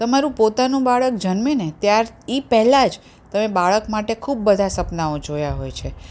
તમારું પોતાનું બાળક જન્મે ને ત્યાર એ પહેલાં જ તમે બાળક માટે ખૂબ બધાં સપનાઓ જોયા હોય છે